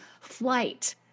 flight